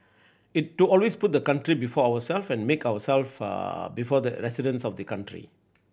it to always put the country before ourselves and never put ourselves before the residents of the country